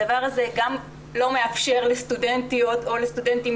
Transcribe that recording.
הדבר הזה גם לא מאפשר לסטודנטיות או לסטודנטים